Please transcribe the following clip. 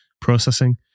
processing